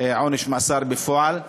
עונש מאסר בפועל.